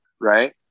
right